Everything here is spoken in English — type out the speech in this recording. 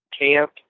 camp